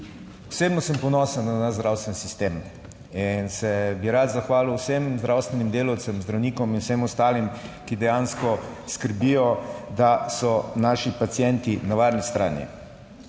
Osebno sem ponosen na naš zdravstveni sistem in se bi rad zahvalil vsem zdravstvenim delavcem, zdravnikom in vsem ostalim, ki dejansko skrbijo, da so naši pacienti na varni strani.